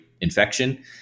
infection